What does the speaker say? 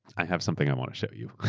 ai have something i want to show you.